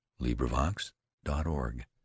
LibriVox.org